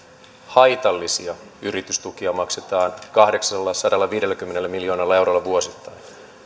haitallisia yritystukia maksetaan kahdeksallasadallaviidelläkymmenellä miljoonalla eurolla vuosittain